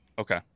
okay